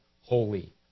holy